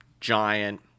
giant